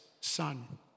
son